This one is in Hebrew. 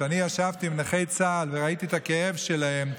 כשאני ישבתי עם נכי צה"ל וראיתי את הכאב שלהם,